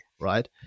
right